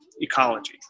ecology